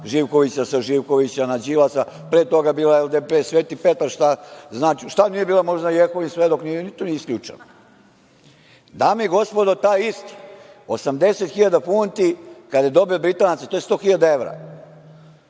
Živkovića, sa Živkovića na Đilasa, pre toga je bila LDP, Sveti Petar zna, šta nije bila, možda Jehovin svedok, nije ni to isključeno. Dame i gospodo, taj isti 80.000 funti kada je dobio od Britanaca, to je 100.000 evra.